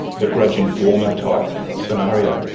the grudge informer type scenario.